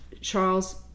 Charles